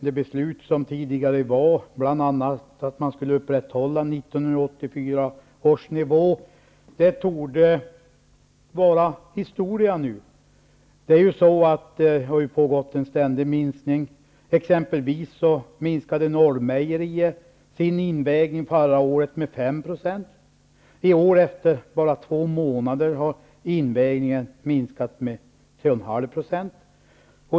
Det beslut som tidigare har fattats om att man skulle upprätthålla 1984 års nivå när det gäller produktionen torde vara historia nu. Det har skett en ständig minskning. Exempelvis minskade Efter bara två månader i år har invägningen minskat med 3,5 %.